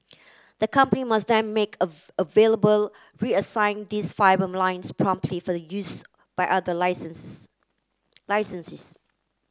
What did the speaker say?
the company must then make available reassign these fibre lines promptly for the use by other licensees